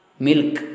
Milk